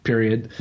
Period